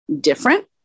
different